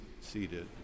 seated